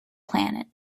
planet